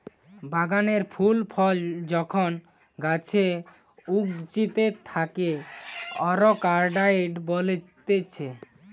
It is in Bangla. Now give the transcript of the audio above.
বাগানে ফুল ফল যখন গাছে উগতিচে তাকে অরকার্ডই বলতিছে